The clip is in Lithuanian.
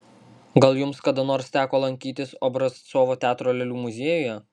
gal jums kada nors teko lankytis obrazcovo teatro lėlių muziejuje